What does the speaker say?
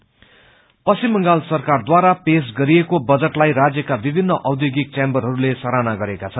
budget Paschim Bangal सरकारद्वारा पेश गरिएको बेटलाई राज्यका विभिन्न औध्योगिक चैम्बरहरूले सराहना गरेका छन्